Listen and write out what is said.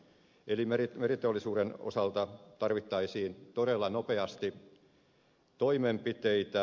eli meriteollisuuden osalta tarvittaisiin todella nopeasti toimenpiteitä